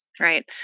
Right